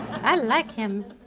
i like him.